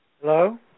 Hello